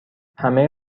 همه